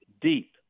deep